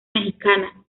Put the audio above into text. mexicana